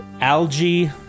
algae